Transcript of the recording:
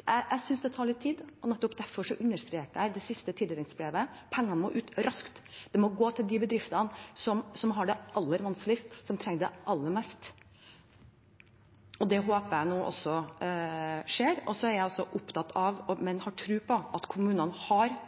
Jeg synes det tar litt tid, og nettopp derfor understreket jeg i det siste tildelingsbrevet at pengene må ut raskt, de må gå til de bedriftene som har det aller vanskeligst, som trenger det aller mest, og det håper jeg nå også skjer. Så er jeg også opptatt av, og har tro på, at kommunene har